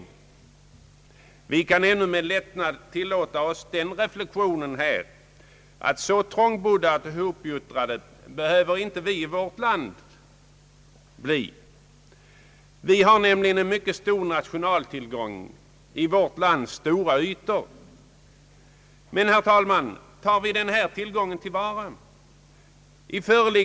Vi kan i vårt land ändå med lättnad tillåta oss den reflexionen, att så trångbodda och hopgyttrade behöver vi inte bli. En stor nationaltillgång hos oss är nämligen de stora ytorna. Men tar vi den tillgången till vara?